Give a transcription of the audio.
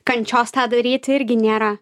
kančios tą daryti irgi nėra